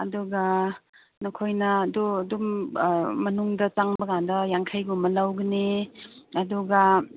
ꯑꯗꯨꯒ ꯅꯈꯣꯏꯅ ꯑꯗꯨ ꯑꯗꯨꯝ ꯃꯅꯨꯡꯗ ꯆꯪꯕ ꯀꯥꯟꯗ ꯌꯥꯡꯈꯩꯒꯨꯝꯕ ꯂꯧꯒꯅꯤ ꯑꯗꯨꯒ